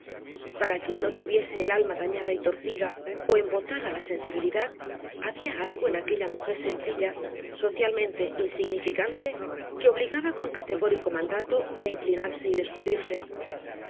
para quien no tuviese el alma dañada y torcida ó embotada la sensibilidad había algo en aquella mujer sencilla socialmente insignificante que obligaba con categórico mandato á inclinarse y descubrirse